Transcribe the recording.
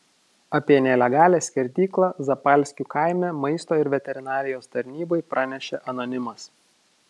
apie nelegalią skerdyklą zapalskių kaime maisto ir veterinarijos tarnybai pranešė anonimas